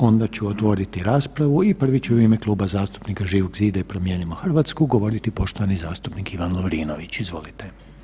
Onda ću otvoriti raspravu i prvi će u ime Kluba zastupnika Živog zida i Promijenimo Hrvatsku govoriti poštovani zastupnik Ivan Lovrinović, izvolite.